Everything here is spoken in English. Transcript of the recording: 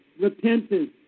repentance